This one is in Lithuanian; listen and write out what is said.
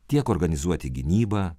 tiek organizuoti gynybą